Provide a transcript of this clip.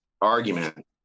argument